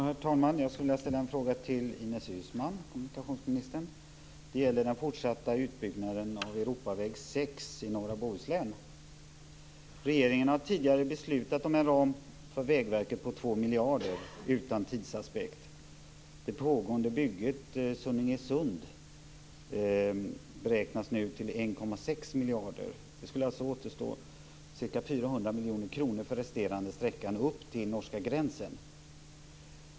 Herr talman! Jag skulle vilja ställa en fråga till kommunikationsminister Ines Uusmann. Det gäller den fortsatta utbyggnaden av Europaväg 6 i norra Regeringen har tidigare beslutat om en ram för 1,6 miljarder. Det skulle alltså återstå ca 400 miljoner kronor för den resterande sträckan upp till den norska gränsen.